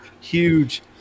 huge